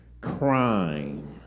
crime